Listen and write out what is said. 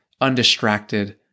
undistracted